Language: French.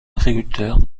agriculteurs